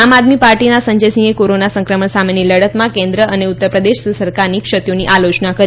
આમ આદમી પાર્ટીના સંજયસિંહે કોરોના સંક્રમણ સામેની લડતમાં કેન્દ્ર અને ઉત્તરપ્રદેશ સરકારની ક્ષતિઓની આલોચના કરી